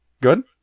good